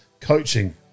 coaching